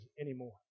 anymore